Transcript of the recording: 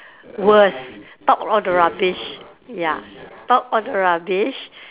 worse talk all the rubbish ya talk all the rubbish